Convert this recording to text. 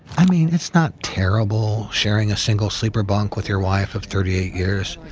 i mean, it's not terrible sharing a single sleeper bunk with your wife of thirty eight years,